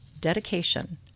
Dedication